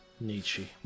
nietzsche